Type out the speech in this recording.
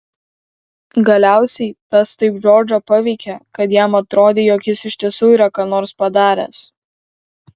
galiausiai tas taip džordžą paveikė kad jam atrodė jog jis iš tiesų yra ką nors padaręs